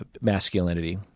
masculinity